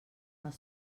els